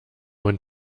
und